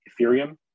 Ethereum